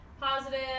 positive